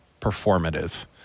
performative